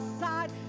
side